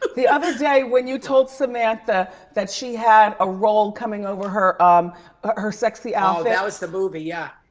but the other day when you told samantha that she had a roll coming over her um her sexy outfit. oh, that was the movie, yeah.